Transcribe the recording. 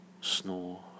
snore